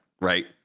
right